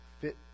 fit